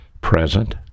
present